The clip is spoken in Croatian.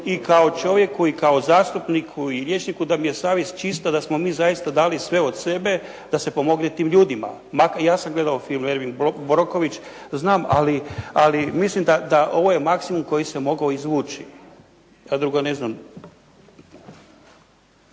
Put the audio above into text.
i kao čovjeku i kao zastupniku i liječniku da mi je savjest čista, da smo mi dali zaista sve od sebe da se pomogne tim ljudima. Ja sam gledao film "Erin Brockovich" znam ali mislim da je ovo maksimum koji sam mogao izvući. Ja drugo ne znam.